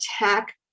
attack